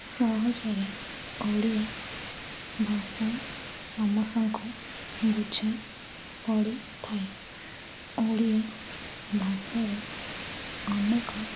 ସହଜରେ ଓଡ଼ିଆ ଭାଷା ସମସ୍ତଙ୍କୁ ବୁଝା ପଡ଼ିଥାଏ ଓଡ଼ିଆ ଭାଷାରେ ଅନେକ